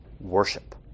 Worship